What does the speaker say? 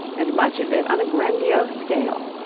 and much of it on a grandiose scale.